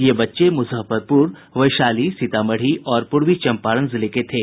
ये बच्चे मुजफ्फरपुर वैशाली सीतामढ़ी और पूर्वी चंपारण जिले के थे